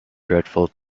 dreadful